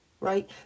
Right